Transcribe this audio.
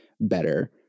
better